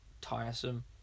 tiresome